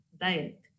Diet